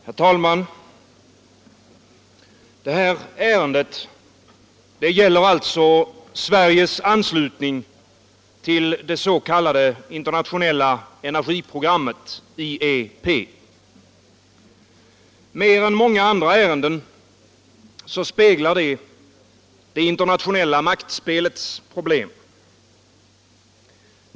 Herr talman! Det här ärendet gäller alltså Sveriges anslutning till det s.k. internationella energiprogrammet, IEP. Mer än många andra ärenden speglar det det internationella maktspelets problem.